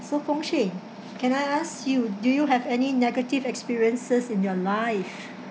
so pung ching can I ask you do you have any negative experiences in your life